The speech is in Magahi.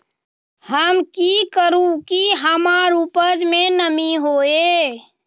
हम की करू की हमार उपज में नमी होए?